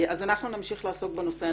אנחנו נמשיך לעסוק בנושא.